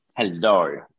Hello